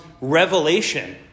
revelation